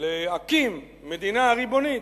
להקים מדינה ריבונות.